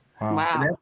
Wow